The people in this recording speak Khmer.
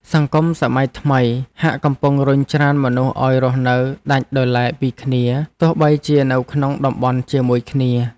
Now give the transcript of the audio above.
សង្គមសម័យថ្មីហាក់កំពុងរុញច្រានមនុស្សឱ្យរស់នៅដាច់ដោយឡែកពីគ្នាទោះបីជានៅក្នុងតំបន់ជាមួយគ្នា។